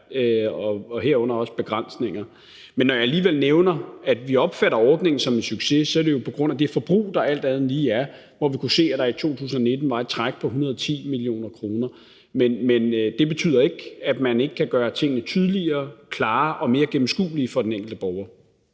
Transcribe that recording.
er, herunder også begrænsninger, men når jeg alligevel nævner, at vi opfatter ordningen som en succes, er det jo på grund af det forbrug, der alt andet lige er, hvor vi kunne se, at der i 2019 var et træk på 110 mio. kr. Men det betyder ikke, at man ikke kan gøre tingene tydeligere, klarere og mere gennemskuelige for den enkelte borger.